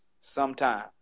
sometime